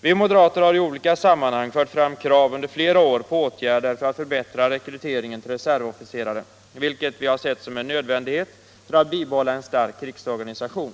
Vi moderater har under flera år i olika sammanhang fört fram krav på åtgärder för att förbättra rekryteringen av reservofficerare, vilket vi har sett som en nödvändighet för att bibehålla en stark krigsorganisation.